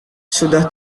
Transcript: sudah